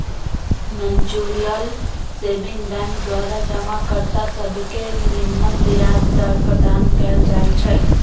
mutual saving bank द्वारा जमा कर्ता सभके निम्मन ब्याज दर प्रदान कएल जाइ छइ